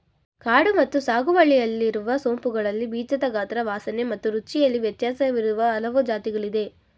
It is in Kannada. ಕಾಡು ಮತ್ತು ಸಾಗುವಳಿಯಲ್ಲಿರುವ ಸೋಂಪುಗಳಲ್ಲಿ ಬೀಜದ ಗಾತ್ರ ವಾಸನೆ ಮತ್ತು ರುಚಿಯಲ್ಲಿ ವ್ಯತ್ಯಾಸವಿರುವ ಹಲವು ಜಾತಿಗಳಿದೆ